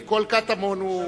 כי כל קטמון הוא,